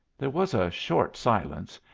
there was a short silence,